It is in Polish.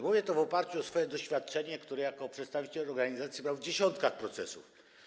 Mówię to w oparciu o swoje doświadczenie, które jako przedstawiciel organizacji mam w dziesiątkach procesów.